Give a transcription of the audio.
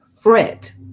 Fret